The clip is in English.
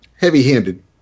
heavy-handed